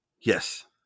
yes